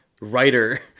writer